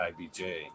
IBJ